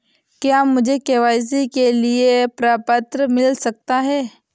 क्या मुझे के.वाई.सी के लिए प्रपत्र मिल सकता है?